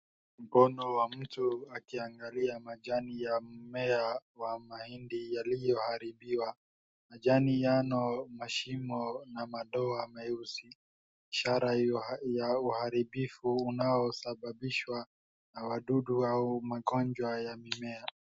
Mkono ya mtu akiangalia majani ya mmea wa mahindi yaliyoharibiwa majani yano mashimo na madoa meusi, ishara hiyo ya uharibiu unaosababishwa na madudu au magonjwa ya mimea.